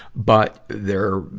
but their,